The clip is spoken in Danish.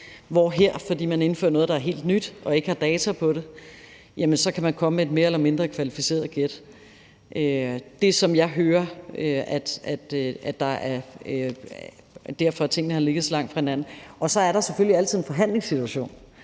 man her, fordi man indfører noget, der er helt nyt, og som man ikke har data på, kan komme med et mere eller mindre kvalificeret gæt. Det er det, som jeg hører som en forklaring på, at tallene har ligget så langt fra hinanden. Så er der selvfølgelig altid en forhandlingssituation.